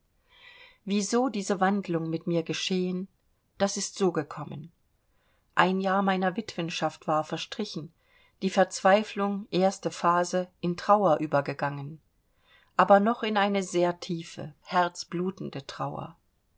wieso diese wandlung mit mir geschehen das ist so gekommen ein jahr meiner witwenschaft war verstrichen die verzweiflung erste phase in trauer übergegangen aber noch in eine sehr tiefe herzblutende trauer